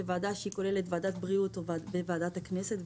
שתהיה ועדה שכוללת את ועדת הבריאות ווועדת הכנסת,